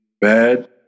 bad